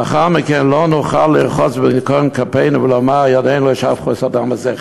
לאחר מכן לא נוכל לרחוץ בניקיון כפינו ולומר: ידינו לא שפכו את הדם הזה,